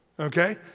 Okay